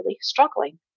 struggling